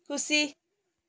खुसी